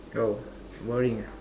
oh boring ah